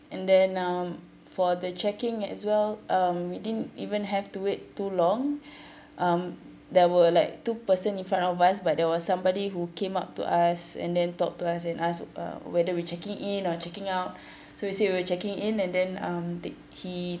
and then um for the check in as well um we didn't even have to wait too long um there were like two person in front of us but there was somebody who came up to us and then talk to us and ask uh whether we checking in or checking out so we say we checking in and then um the he